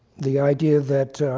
the idea that